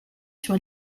sur